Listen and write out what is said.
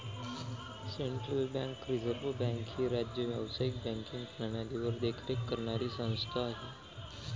central bank reserve bank ही राज्य व्यावसायिक बँकिंग प्रणालीवर देखरेख करणारी संस्था आहे